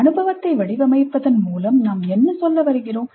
அனுபவத்தை வடிவமைப்பதன் மூலம் நாம் என்ன சொல்ல வருகிறோம்